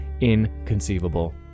inconceivable